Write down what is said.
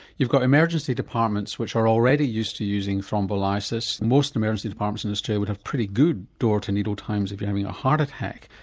you've got emergency departments which are already used to using thrombolysis, most emergency departments in australia would have pretty good door to needle times if you're having a heart attack.